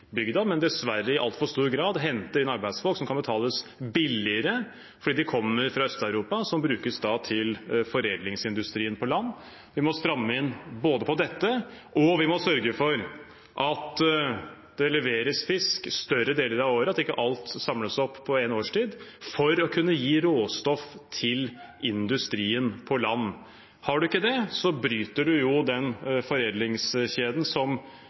bygda, men dessverre i altfor stor grad henter inn arbeidsfolk som kan betales mindre fordi de kommer fra Øst-Europa, og som brukes i foredlingsindustrien på land. Vi må både stramme inn på dette, og vi må sørge for at det leveres fisk større deler av året, og at ikke alt samles opp i en årstid, for å kunne gi råstoff til industrien på land. Har man ikke det, bryter man den foredlingskjeden